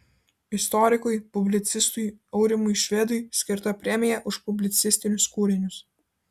istorikui publicistui aurimui švedui skirta premija už publicistinius kūrinius